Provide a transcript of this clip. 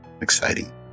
Exciting